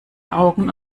augen